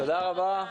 תודה רבה.